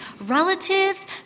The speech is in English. relatives